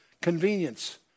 convenience